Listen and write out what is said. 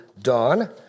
dawn